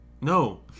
no